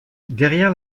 derrière